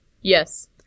Yes